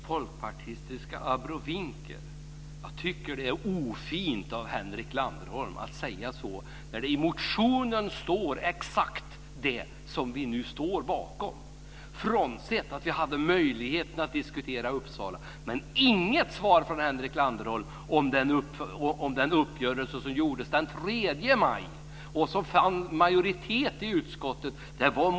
Fru talman! Folkpartistiska abrovinker - jag tycker att det är ofint av Henrik Landerholm att säga så när det i motionen står exakt det som vi nu står bakom frånsett att vi hade möjligheten att diskutera Uppsala. Det kommer inget svar från Henrik Landerholm om den uppgörelse som gjordes den 3 maj och som hade en majoritet i utskottet bakom sig.